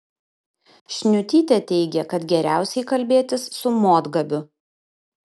šniutytė teigė kad geriausiai kalbėtis su motgabiu